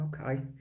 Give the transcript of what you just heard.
Okay